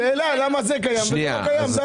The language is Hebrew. שאלה, למה זה קיים וההוא לא קיים.